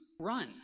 run